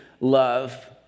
love